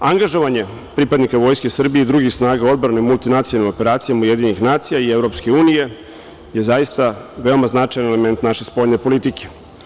Angažovanje pripadnika Vojske Srbije i drugih snaga odbrane u multinacionalnim operacijama UN i EU je zaista veoma značajan element naše spoljne politike.